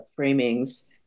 framings